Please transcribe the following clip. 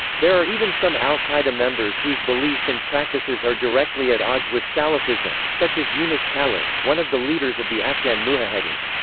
there are even some al-qaeda members whose beliefs and practices are directly at odds with salafism, such as yunis khalis, one of the leaders of the afghan mujahedin.